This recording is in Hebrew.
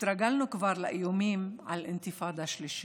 התרגלנו כבר לאיומים על אינתיפאדה שלישית.